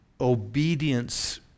obedience